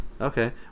okay